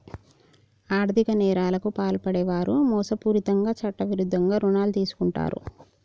ఆర్ధిక నేరాలకు పాల్పడే వారు మోసపూరితంగా చట్టవిరుద్ధంగా రుణాలు తీసుకుంటరు